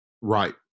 Right